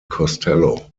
costello